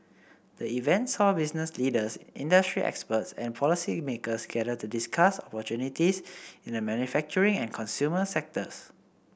the event saw business leaders industry experts and policymakers gather to discuss opportunities in the manufacturing and consumer sectors